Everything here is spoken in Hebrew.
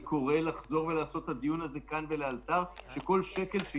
נריב על זה בעוד חצי